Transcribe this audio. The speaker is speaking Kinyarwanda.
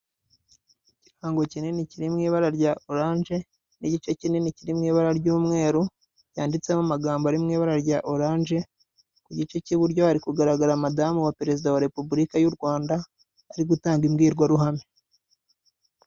Ikirango kinini kiri mu ibara rya orange n'igice kinini kiri mu ibara ry'umweru, ryanditsemo amagambo ari mu ibara rya orange. Ku gice cy'iburyo harikugaragara Madamu wa Perezida wa Repubulika y'u Rwanda arigutanga imbwirwaruhame.